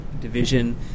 division